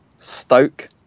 Stoke